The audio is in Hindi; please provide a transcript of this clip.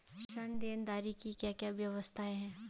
ऋण देनदारी की क्या क्या व्यवस्थाएँ हैं?